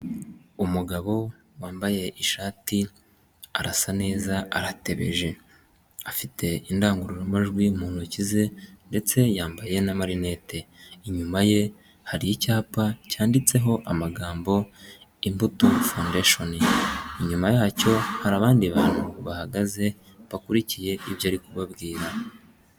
Umugabo wambaye ishati arasa neza, aratebeje, afite indangururamajwi mu ntoki ze ndetse yambaye n'marinete, inyuma ye hari icyapa cyanditseho amagambo Imbuto Fondesheni, inyuma yacyo hari abandi bantu bahagaze bakurikiye ibyo ari kubabwira.